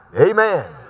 Amen